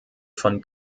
von